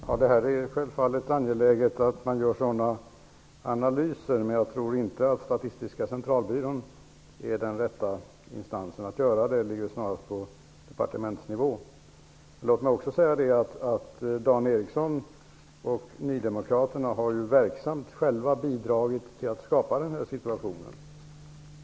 Herr talman! Det är självfallet angeläget att man gör sådana analyser, men jag tror inte att Statistiska centralbyrån är rätta instansen att göra det. Det ligger snarast på departementsnivå. Låt mig också säga att Dan Eriksson i Stockholm och nydemokraterna själva verksamt har bidragit till att skapa denna situation.